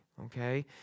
Okay